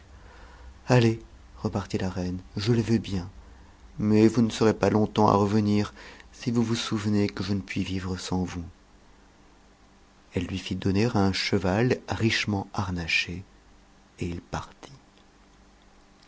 allez repartit la reine je le veux bien mais vous ne serez pas longtemps à re unir si vous vous souvenez que je ne puis vivre sans vous elle lui fit donner un cheval richement harnaché et il partit